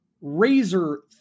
razor